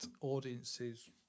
audiences